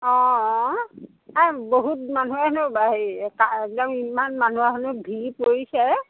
অ অ এ বহুত মানুহ হেনো বা হেৰি একদম ইমান মানুহে হেনো ভিৰ কৰিছে